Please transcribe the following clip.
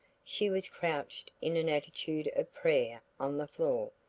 she was crouched in an attitude of prayer on the floor,